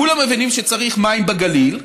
כולם מבינים שצריך מים בגליל,